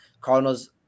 Cardinals